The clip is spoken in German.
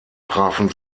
trafen